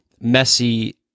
messy